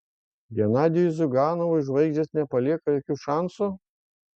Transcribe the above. genadijui ziuganovui žvaigždės nepalieka jokių šansų